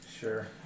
Sure